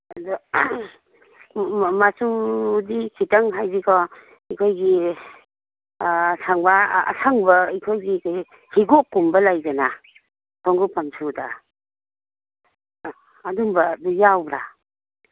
ꯑꯗꯨ ꯃꯆꯨꯗꯤ ꯈꯤꯇꯪ ꯍꯥꯏꯗꯤꯀꯣ ꯑꯩꯈꯣꯏꯒꯤ ꯑꯁꯪꯕ ꯑꯩꯈꯣꯏꯒꯤ ꯍꯤꯒꯣꯛꯀꯨꯝꯕ ꯂꯩꯗꯅ ꯈꯣꯡꯎꯞ ꯄꯝ ꯁꯨꯗ ꯑꯗꯨꯝꯕꯗꯨ ꯌꯥꯎꯕ꯭ꯔ